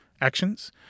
actions